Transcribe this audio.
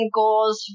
goals